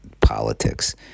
Politics